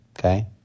Okay